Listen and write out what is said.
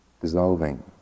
dissolving